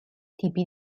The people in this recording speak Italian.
tipi